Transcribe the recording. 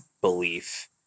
belief